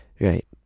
Right